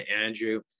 Andrew